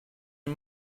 man